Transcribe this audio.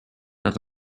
nad